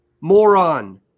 moron